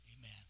amen